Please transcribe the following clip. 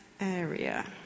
area